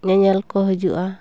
ᱧᱮᱧᱮᱞ ᱠᱚ ᱦᱤᱡᱩᱜᱼᱟ